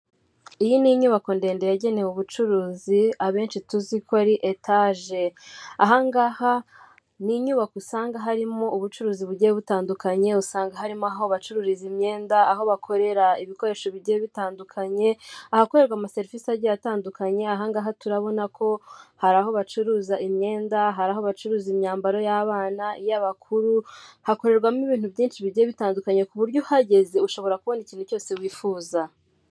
Iyi ni inyubako ndende yagenewe ubucuruzi abenshi tuzi ko ari etage. Ahangaha ni inyubako usanga harimo ubucuruzi bugiye butandukanye usanga harimo aho bacururiza imyenda, aho bakorera ibikoresho bigiye bitandukanye ahakorerwa ama serivisi agiye atandukanye ahangaha turabona ko hari aho bacuruza imyenda, hari aho bacuruza imyambaro y'abana iyabakuru hakorerwamo ibintu byinshi bigiye bitandukanye ku buryo uhageze ushobora kubona ikintu cyose wifuza.